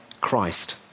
Christ